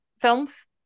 films